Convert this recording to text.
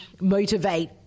motivate